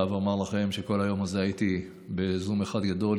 אני חייב לומר לכם שכל היום הזה הייתי בזום אחד גדול,